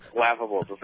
laughable